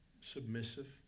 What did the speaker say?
submissive